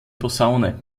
posaune